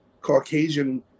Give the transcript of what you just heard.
Caucasian